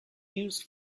used